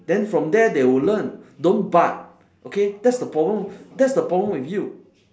then from there they will learn don't but okay that's the problem that's the problem with you